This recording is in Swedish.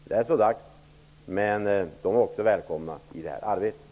Det är så dags, men de är också välkomna i det här arbetet.